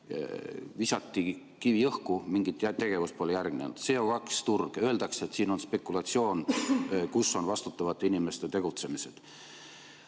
Visati kivi õhku, mingit tegevust pole järgnenud. CO2turg. Öeldakse, et siin on spekulatsioon. Kus on vastutavate inimeste tegutsemine?